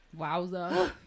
wowza